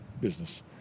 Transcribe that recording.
business